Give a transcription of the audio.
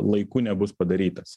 laiku nebus padarytas